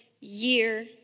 year